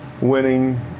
Winning